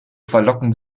verlockend